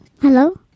Hello